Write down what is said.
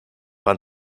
pan